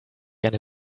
eine